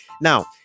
Now